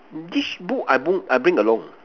this book I book I bring along